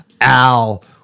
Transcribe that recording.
Al